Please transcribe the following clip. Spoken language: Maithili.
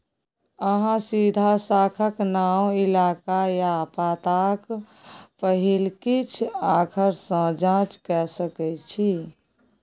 अहाँ सीधा शाखाक नाओ, इलाका या पताक पहिल किछ आखर सँ जाँच कए सकै छी